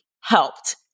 helped